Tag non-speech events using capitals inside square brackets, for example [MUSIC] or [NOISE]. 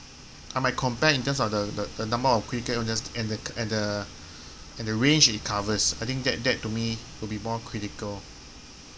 I might compare in terms of the the the number of critical illness and the [NOISE] and the and the range it covers I think that that to me will be more critical